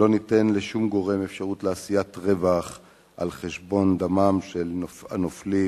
לא ניתן לשום גורם אפשרות לעשיית רווח על חשבון דמם של הנופלים,